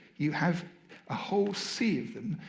you have a whole sea of them.